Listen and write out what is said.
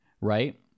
right